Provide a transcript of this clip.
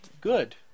good